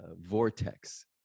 vortex